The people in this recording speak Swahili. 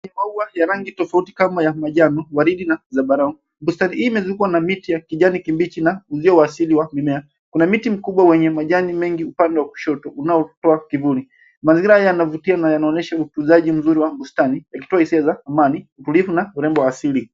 Hili ni maua ya rangi tofauti kama ya manjano, waridi na za brown . Bustani hii imezungukwa na miti ya kijani kibichi na uliowasili na mimea. Kuna mti mkubwa wenye majani mengi upande wa kushoto unao toa kivuli. Mazingira yanavutia na yanaonyesha utunzaji mzuri wa bustani, ikitoa hisia za amani, utulivu na urembo wa asili.